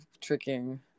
tricking